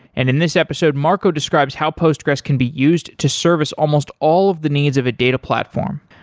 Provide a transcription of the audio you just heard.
and in this episode marco describes how postgres can be used to service almost all of the needs of a data platform.